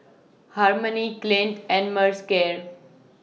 Harmony Clint and Mercer